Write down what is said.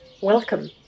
Welcome